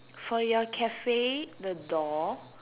for your cafe the door